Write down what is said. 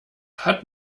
hat